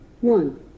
One